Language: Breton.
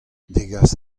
degas